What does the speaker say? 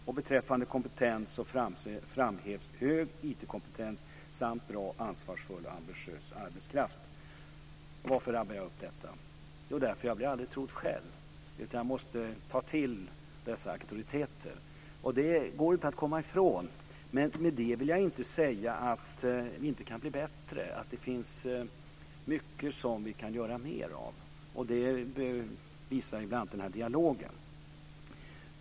När det gäller kompetens framhävs hög IT-kompetens samt bra, ansvarsfull och ambitiös arbetskraft. Varför rabblar jag då upp detta? Jo, därför att jag aldrig blir trodd själv - jag måste alltid ta till auktoriteter. Men jag vill med detta inte säga att vi inte kan bli bättre. Det finns mycket som vi kan göra mer av. Det visar bl.a. den här dialogen.